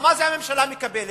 מה זה "הממשלה מקבלת"?